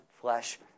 flesh